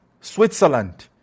Switzerland